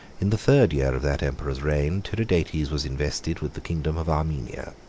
in the third year of that emperor's reign tiridates was invested with the kingdom of armenia.